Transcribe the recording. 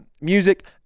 music